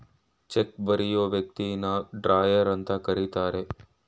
check ಬರಿಯೋ ವ್ಯಕ್ತಿನ drawer ಅಂತ ಕರಿತರೆ